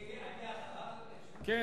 אני אחריו, אדוני היושב-ראש?